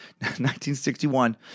1961